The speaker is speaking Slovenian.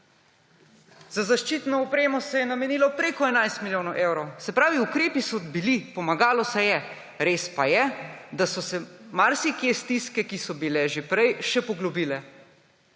Za zaščitno opremo se je namenilo preko 11 milijonov evrov. Se pravi, ukrepi so bili, pomagalo se je, res pa je, da so se marsikje stiske, ki so bile že prej, še poglobile.